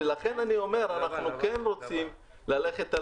לכן אני אומר שאנחנו כן רוצים ללכת על